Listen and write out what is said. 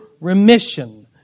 remission